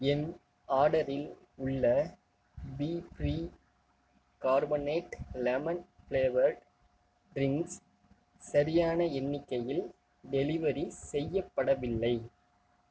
என் ஆர்டரில் உள்ள பீஃப்ரீ கார்பனேட் லெமன் ஃப்ளேவர்டு ட்ரின்க்ஸ் சரியான எண்ணிக்கையில் டெலிவரி செய்யப்படவில்லை